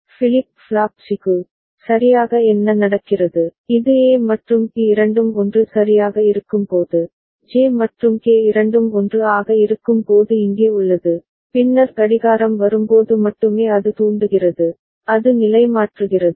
flip flop C க்கு சரியாக என்ன நடக்கிறது இது ஏ மற்றும் பி இரண்டும் 1 சரியாக இருக்கும்போது ஜே மற்றும் கே இரண்டும் 1 ஆக இருக்கும் போது இங்கே உள்ளது பின்னர் கடிகாரம் வரும்போது மட்டுமே அது தூண்டுகிறது அது நிலைமாற்றுகிறது